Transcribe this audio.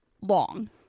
long